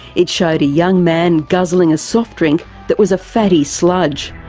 it showed a young man guzzling a soft drink that was a fatty sludge.